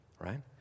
right